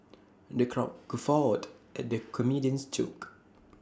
the crowd guffawed at the comedian's jokes